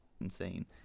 insane